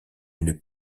une